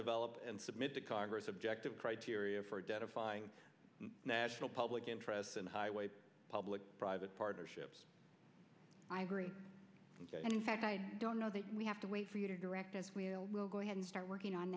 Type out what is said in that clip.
develop and submit to congress objective criteria for identifying national public interests and highways public private partnerships i agree and in fact i don't know that we have to wait for you to direct this we will go ahead and start working on